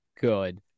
good